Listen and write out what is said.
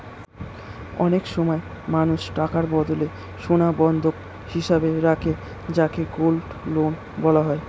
অনেক সময় মানুষ টাকার বদলে সোনা বন্ধক হিসেবে রাখে যাকে গোল্ড লোন বলা হয়